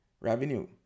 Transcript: revenue